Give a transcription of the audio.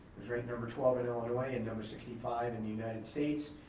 was ranked number twelve in illinois and number sixty five in the united states,